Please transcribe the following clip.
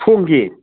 ꯊꯣꯡꯒꯤ